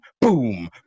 boom